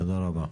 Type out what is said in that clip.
תודה רבה.